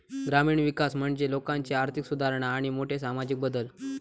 ग्रामीण विकास म्हणजे लोकांची आर्थिक सुधारणा आणि मोठे सामाजिक बदल